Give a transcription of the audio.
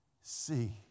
see